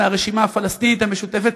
מהרשימה הפלסטינית המשותפת,